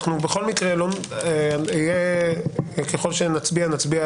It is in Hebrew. בכל מקרה ככל שנצביע, נצביע